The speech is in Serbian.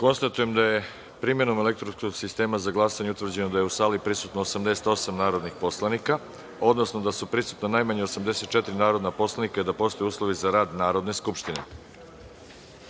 glasanje. Konstatujem da je, primenom elektronskog sistema za glasanje, utvrđeno da je u sali prisutno 88 narodnih poslanika, odnosno da su prisutna najmanje 84 narodna poslanika i da postoje uslovi za rad Narodne skupštine. Da